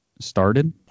started